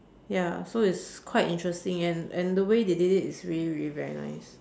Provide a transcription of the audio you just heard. ya so it's quite interesting and and the way they did it is really really very nice